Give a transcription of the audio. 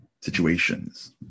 situations